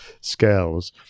scales